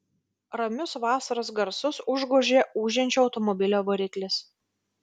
ramius vasaros garsus užgožė ūžiančio automobilio variklis